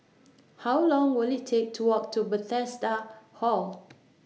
How Long Will IT Take to Walk to Bethesda Hall